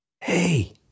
Hey